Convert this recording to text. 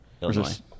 Illinois